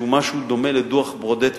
שהוא משהו דומה לדוח-ברודט בחינוך,